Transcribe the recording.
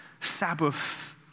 Sabbath